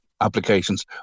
applications